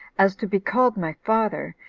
as to be called my father,